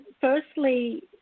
firstly